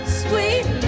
sweet